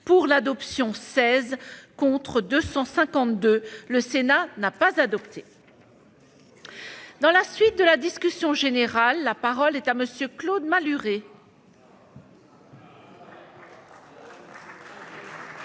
du scrutin n° 159 : Le Sénat n'a pas adopté. Dans la suite de la discussion générale, la parole est à M. Claude Malhuret.